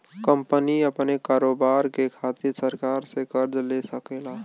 company अपने कारोबार के खातिर सरकार से कर्ज ले सकेला